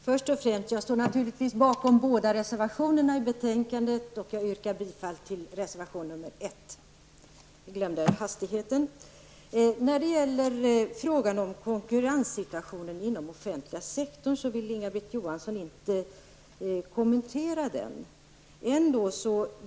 Herr talman! Först och främst står jag naturligtvis bakom båda reservationerna i betänkandet, och jag yrkar bifall till reservation nr 1. Det glömde jag i hastigheten att göra. Inga-Britt Johansson vill inte kommentera konkurrenssituationen inom den offentliga sektorn.